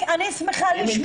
אני שמחה לשמוע.